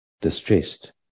distressed